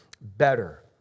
better